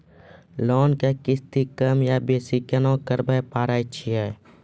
Loan के किस्ती कम या बेसी केना करबै पारे छियै?